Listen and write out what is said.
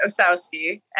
Osowski